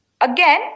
again